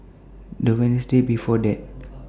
The Wednesday before that